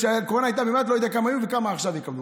אני לא יודע כמה היו וכמה עכשיו יקבלו,